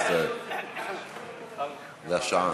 זאת השעה.